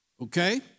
Okay